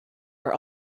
are